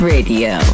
Radio